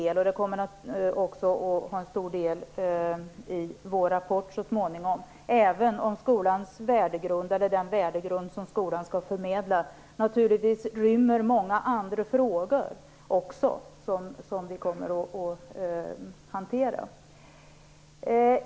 Mobbningsfrågorna kommer också att utgöra en stor del i vår rapport så småningom, även om den värdegrund som skolan skall förmedla naturligtvis också rymmer många andra frågor som vi kommer att hantera.